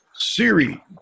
Siri